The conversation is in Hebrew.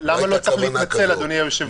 לא הייתה כוונה כזאת.